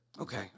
Okay